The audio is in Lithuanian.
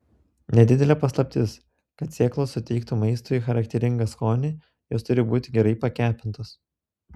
nedidelė paslaptis kad sėklos suteiktų maistui charakteringą skonį jos turi būti gerai pakepintos